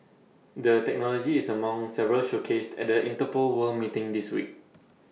the technology is among several showcases at the Interpol world meeting this week